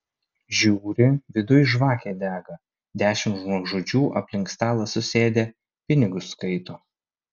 žiūri viduj žvakė dega dešimt žmogžudžių aplink stalą susėdę pinigus skaito